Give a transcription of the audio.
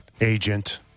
agent